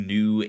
New